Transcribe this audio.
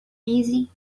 busy